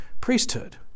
priesthood